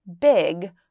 big